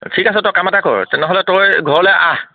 ঠিক আছে তই কাম এটা কৰ তেনেহ'লে তই ঘৰলে আহ